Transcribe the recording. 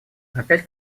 опять